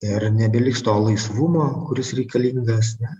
ir nebeliks to laisvumo kuris reikalingas ne